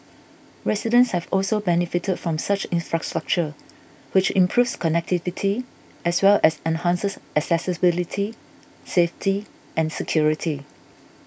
residents have also benefited from such infrastructure which improves connectivity as well as enhances accessibility safety and security